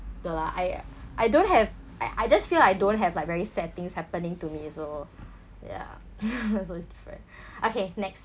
no lah I I don't have I I just feel I don't have like very sad things happening to me so yeah so it's different okay next